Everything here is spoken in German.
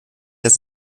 das